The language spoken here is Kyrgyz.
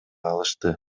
алышты